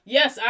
Yes